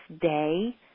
day